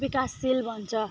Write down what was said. विकासशील बन्छ